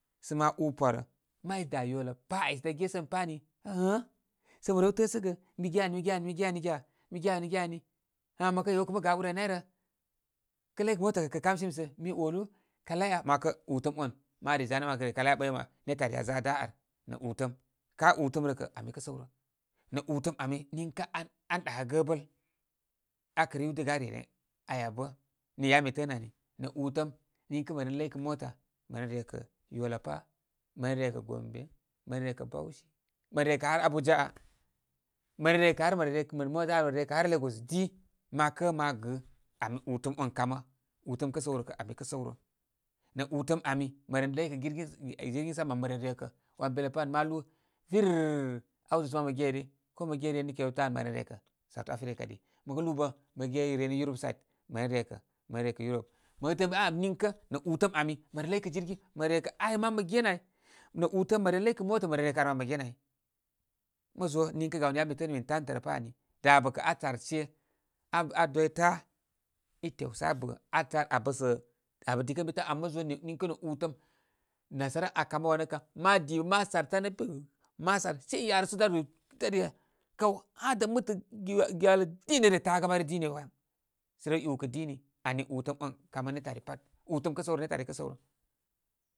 Sə ma a pwarə, may da' yola pa' ai sə da' gesə an pa'ni ən gnə'sə mə rew təsəgə mi ge ani, mi ge ani, mi ge ani geya, mi ge ani mi ze ani. Ghə' mə kə yew kə mə ai lir ai nayrə. kə ləy kə motə kə' kə kamsimi sə, mi olu kalai aa. Məwakə utəm on ma re zanə' makər re kalai aa ɓəyma netə ari a za da ar nə' utəm. Kai utəm rə kə' ami kə' səwrə wə' utəm ami, niŋkə an-an dākə' gə bəl. Akə riwdəgə are ren aya bə. Nii yabə mi tə'ə' ani nə' iltəm niŋkə mə ren ləykə mota məren rekə' yola pa, mə ren, rekə' gombe, mər ren rekə bauchi. Mə ren rekə' ha abuja aa. Mə ren rekə har mə ren rekə, mə za mə ren rəkə har lagos di. Ma kə' ma gɨ. Ami utəm on kamə. Utəm kə' sərə ko' kə səwrə. Nə' utəm ami, məren ləykə girgi girgin sama mə ren rekə. Wan belə pan ma lūū virr āwtəsə sə man mə ye ari. ko mə ge reni capetown mə ren rekə' south africa kadi. Məkə lūū bə' məgereni europeside mə ren rekə ma ren rekə europe. Məkə tə'ə' mə a'a niŋkə nə' utəm ami, mə re laykə jirgi, mə re rekə aya man mə genə ai. nə' utəm mə ren laykə mota mə ren rekəar man mə genə ai. Mo zo niŋkə gawni yabə mi təə min tantə' rə pa ani, dabə kə' aa sar shyə, aa adwi ta', i tew sə abə, na sar abə sə' abə dikə ən bi tan. Ama mozo niŋ-niŋkə nə utəm nasara akamə wanu kan ma di ma sar san ən bi, ma sar shyə yarə sə da-da re, kaw har da mɨtə' giwa giwalə di dare ta'gə may ən di nio sə rew iwkə dini. Ani utəm on kamə netə' ari pat. Utə kə' səw raə netə' ari kə' sə'wrə.